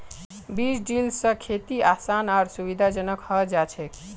बीज ड्रिल स खेती आसान आर सुविधाजनक हैं जाछेक